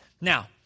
Now